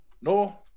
No